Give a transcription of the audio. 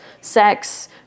sex